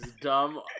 dumb